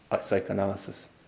Psychoanalysis